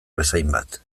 bezainbat